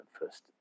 first